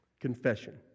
Confession